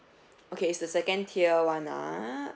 okay is the second tier [one] ah